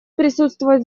присутствовать